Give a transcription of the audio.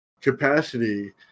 capacity